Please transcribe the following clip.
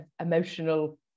emotional